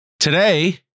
today